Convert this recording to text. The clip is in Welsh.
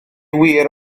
wir